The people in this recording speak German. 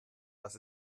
das